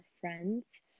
friends